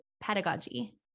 pedagogy